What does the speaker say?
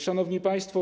Szanowni Państwo!